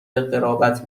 قرابت